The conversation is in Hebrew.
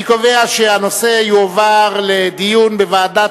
אני קובע שהנושא יועבר לדיון בוועדת